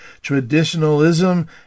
Traditionalism